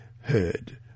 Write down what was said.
heard